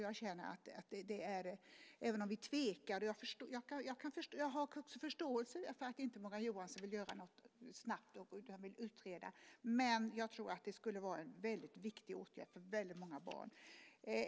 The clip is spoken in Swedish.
Jag har förståelse för att Morgan Johansson inte vill göra något snabbt och att han vill utreda, men jag tror att det skulle vara en väldigt viktig åtgärd för väldigt många barn.